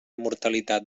mortalitat